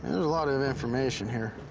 there's a lot of and information here.